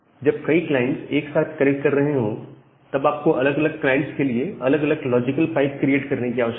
जब कई क्लाइंट एक साथ कनेक्ट करते हैं तब आपको अलग अलग क्लाइंट के लिए अलग अलग लॉजिकल पाइप क्रिएट करने की आवश्यकता है